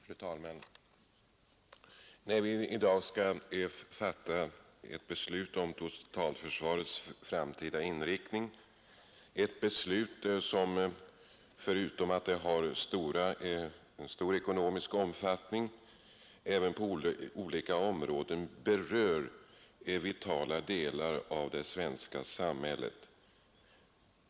Fru talman! Vi skall nu i dag fatta ett beslut om totalförsvarets framtida inriktning, ett beslut som förutom att det har en stor ekonomisk omfattning även på olika områden berör vitala delar av det svenska samhället.